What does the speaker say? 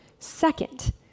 Second